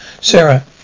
Sarah